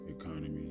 economy